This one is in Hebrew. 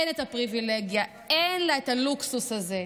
אין את הפריבילגיה, אין לה את הלוקסוס הזה.